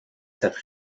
cette